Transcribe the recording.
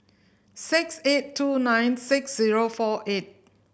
six eight two nine six zero four eight